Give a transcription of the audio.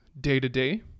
day-to-day